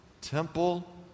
temple